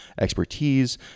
expertise